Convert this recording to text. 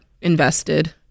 invested